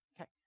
Okay